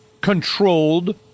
controlled